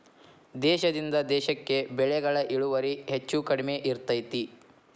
ದೇಶದಿಂದ ದೇಶಕ್ಕೆ ಬೆಳೆಗಳ ಇಳುವರಿ ಹೆಚ್ಚು ಕಡಿಮೆ ಇರ್ತೈತಿ